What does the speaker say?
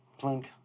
plink